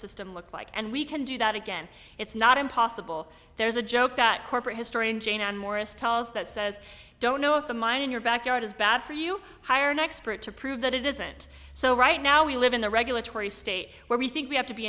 system looked like and we can do that again it's not impossible there's a joke that corporate historian janeane morris tells that says don't know if the mine in your backyard is bad for you hire an expert to prove that it isn't so right now we live in the regulatory state where we think we have to be